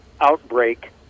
outbreak